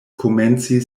komenci